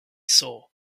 saw